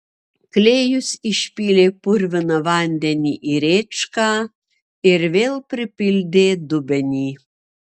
klėjus išpylė purviną vandenį į rėčką ir vėl pripildė dubenį